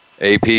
AP